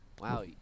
Wow